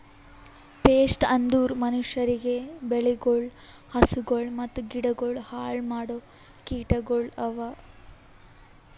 pest ಅಂದುರ್ ಮನುಷ್ಯರಿಗ್, ಬೆಳಿಗೊಳ್, ಹಸುಗೊಳ್ ಮತ್ತ ಗಿಡಗೊಳ್ ಹಾಳ್ ಮಾಡೋ ಕೀಟಗೊಳ್ ಅವಾ